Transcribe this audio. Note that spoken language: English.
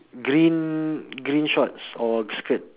green green shorts or skirt